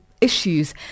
issues